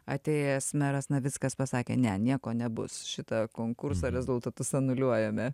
atėjęs meras navickas pasakė ne nieko nebus šitą konkurso rezultatus anuliuojame